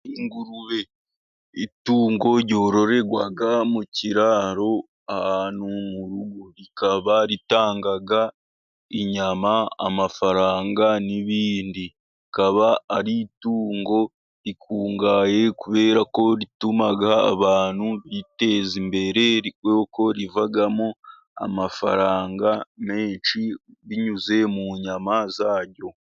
Ingurube, itungo ryororerwa mu kiraro ahantu mu rugo rikaba ritanga inyama amafaranga n'ibindi, rikaba ari itungo rikungahaye kubera ko rituma abantu biteza imbere, kuko rivamo amafaranga menshi binyuze mu nyama zaryo.